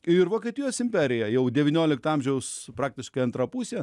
ir vokietijos imperija jau devyniolikto amžiaus praktiškai antra pusė